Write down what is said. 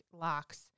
locks